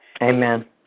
Amen